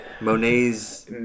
Monet's